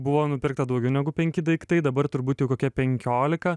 buvo nupirkta daugiau negu penki daiktai dabar turbūt jau kokie penkiolika